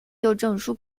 证书